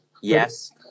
Yes